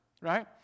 right